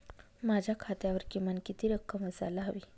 माझ्या खात्यावर किमान किती रक्कम असायला हवी?